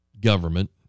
government